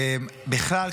בכלל,